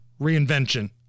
reinvention